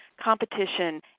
competition